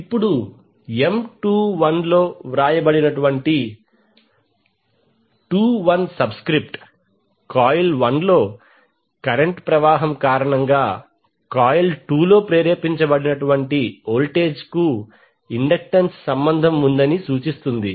ఇప్పుడు M21 లో వ్రాయబడిన 21 సబ్స్క్రిప్ట్ కాయిల్ 1 లో కరెంట్ ప్రవాహం కారణంగా కాయిల్ 2 లో ప్రేరేపించబడిన వోల్టేజ్కు ఇండక్టెన్స్ సంబంధం ఉందని సూచిస్తుంది